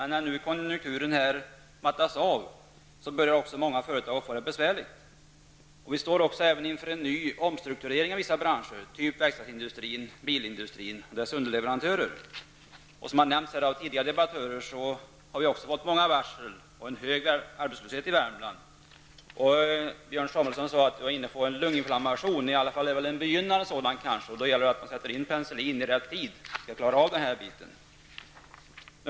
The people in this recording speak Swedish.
När nu konjunkturen mattas av, börjar många företag få det besvärligt. Vi står även inför en ny omstrukturering av vissa branscher, såsom verkstadsindustrin, bilindustrin och dess underleverantörer. Precis som många debattörer tidigare har nämnt har vi haft många varsel och fått en hög arbetslöshet i Värmland. Björn Samuelson sade att vi höll på att få lunginflammation. I varje fall är det kanske fråga om en begynnande sådan, och då gäller det att man sätter in penicillin i rätt tid för att klara av problemet.